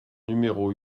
numéro